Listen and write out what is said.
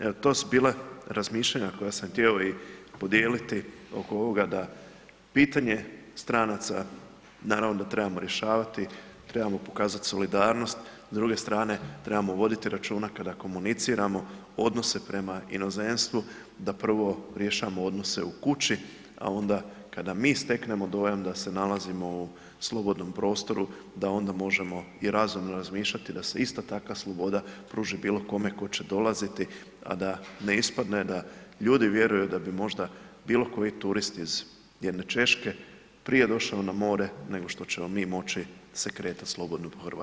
Evo to su bila razmišljanja koja sam htio i podijeliti oko ovoga da pitanje stranaca naravno da trebamo rješavati, trebamo pokazati solidarnost, s druge strane, trebamo voditi računa kada komuniciramo odnose prema inozemstvu da prvo rješavamo odnose u kući a onda kada mi steknemo dojam da se nalazimo u slobodnom prostoru, da onda možemo i razumno razmišljati i da se isto takva sloboda pruži bilo kome ko će dolaziti a da ne ispadne da ljudi vjeruju da bi možda bilokoji turist iz jedne Češke prije došao na more nego što ćemo mi moći se kretat slobodno po Hrvatskoj.